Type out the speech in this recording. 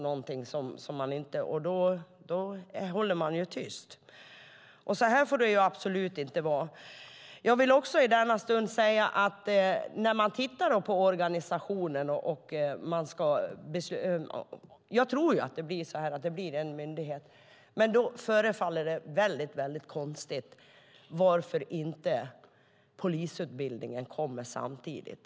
Då håller de ju tyst. Så får det absolut inte vara. Jag tror att det blir en myndighet, men det är väldigt konstigt att polisutbildningen inte kommer samtidigt.